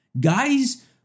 Guys